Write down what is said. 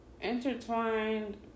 intertwined